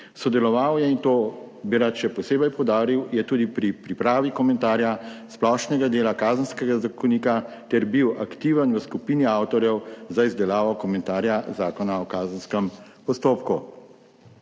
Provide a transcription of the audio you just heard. Sodeloval je, in to bi rad še posebej poudaril, tudi pri pripravi komentarja splošnega dela Kazenskega zakonika ter bil aktiven v skupini avtorjev za izdelavo komentarja Zakona o kazenskem postopku.